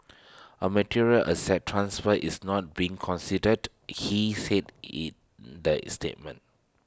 A material asset transfer is not being considered he said in the is statement